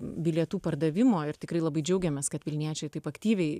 bilietų pardavimo ir tikrai labai džiaugiamės kad vilniečiai taip aktyviai